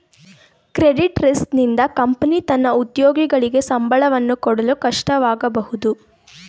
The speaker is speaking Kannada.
ಕ್ರೆಡಿಟ್ ರಿಸ್ಕ್ ನಿಂದ ಕಂಪನಿ ತನ್ನ ಉದ್ಯೋಗಿಗಳಿಗೆ ಸಂಬಳವನ್ನು ಕೊಡಲು ಕಷ್ಟವಾಗಬಹುದು